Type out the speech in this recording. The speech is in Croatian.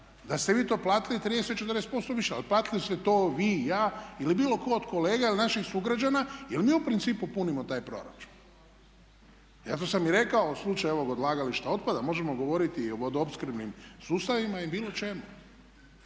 da ste vi to platili 30, 40% više. Ali platili ste to vi i ja ili bilo tko od kolega ili naših sugrađana jer mi u principu punimo taj proračun. Zato sam i rekao u slučaju ovog odlagališta otpada možemo govoriti i o vodoopskrbnim slučajevima i bilo čemu.